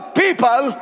people